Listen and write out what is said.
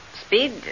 Speed